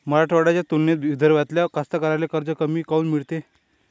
मराठवाड्याच्या तुलनेत विदर्भातल्या कास्तकाराइले कर्ज कमी काऊन मिळते?